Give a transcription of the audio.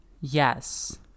yes